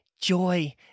joy